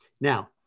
Now